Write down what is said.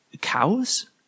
cows